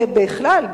ובכלל,